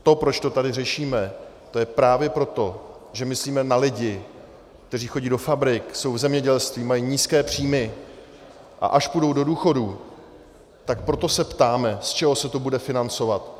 To, proč to tady řešíme, to je právě proto, že myslíme na lidi, kteří chodí do fabrik, jsou v zemědělství, mají nízké příjmy, a až půjdou do důchodu, tak proto se ptáme, z čeho se to bude financovat.